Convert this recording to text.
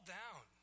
down